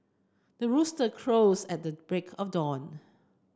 the rooster crows at the break of dawn